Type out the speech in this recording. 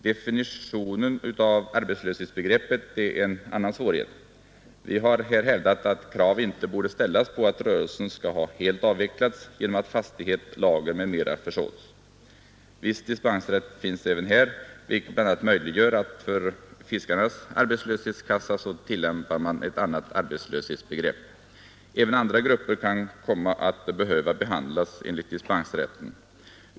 Definitionen av arbetslöshetsbegreppet är en annan svårighet. Vi har här hävdat att krav inte borde ställas på att rörelse skall ha helt avvecklats genom att fastighet, lager m.m. försålts. Viss dispensrätt finns även här, vilket bl.a. möjliggör att för fiskarnas arbetslöshetskassa tillämpa ett annat arbetslöshetsbegrepp. Även andra grupper kan komma att behöva behandlas enligt dispensrätten.